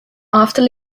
after